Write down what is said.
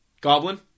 Goblin